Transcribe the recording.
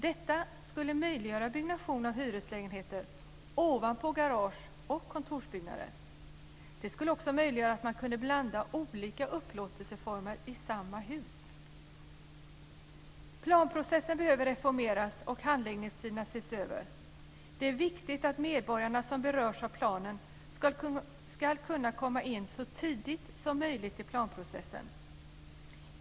Detta skulle möjliggöra byggnation av hyreslägenheter ovanpå garage och kontorsbyggnader. Det skulle också möjliggöra att man kan blanda olika upplåtelseformer i samma hus. · Planprocessen behöver reformeras och handläggningstiderna ses över. Det är viktigt att medborgare som berörs av planen ska kunna komma in så tidigt som möjligt i planprocessen.